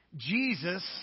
Jesus